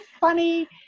funny